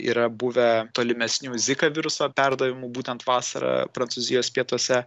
yra buvę tolimesnių zika viruso perdavimų būtent vasarą prancūzijos pietuose